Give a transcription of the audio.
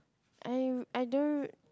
I I don't